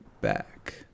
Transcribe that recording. back